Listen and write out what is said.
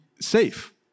safe